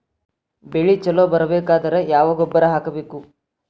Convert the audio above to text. ಬೆಳಿ ಛಲೋ ಬರಬೇಕಾದರ ಯಾವ ಗೊಬ್ಬರ ಹಾಕಬೇಕು?